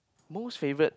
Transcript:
most favourite